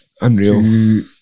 unreal